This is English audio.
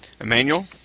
Emmanuel